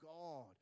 God